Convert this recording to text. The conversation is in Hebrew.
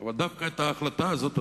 אבל דווקא את ההחלטה הזאת,